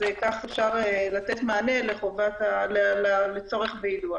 כך אפשר לתת מענה לצורך ביידוע.